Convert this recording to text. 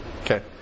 Okay